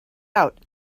out